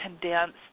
condensed